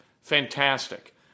Fantastic